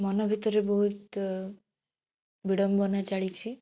ମନ ଭିତରେ ବହୁତ ବିଡ଼ମ୍ବନା ଚାଲିଛି